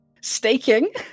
staking